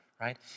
right